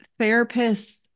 therapists